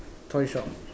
toy shop